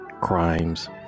crimes